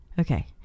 Okay